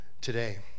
today